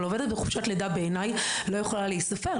אבל עובדת בחופשת לידה בעיני לא יכולה להיספר,